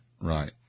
right